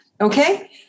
okay